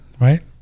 right